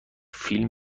فیلم